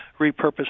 repurpose